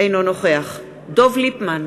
אינו נוכח דב ליפמן,